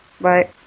Bye